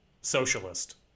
socialist